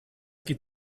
geht